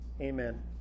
amen